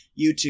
YouTube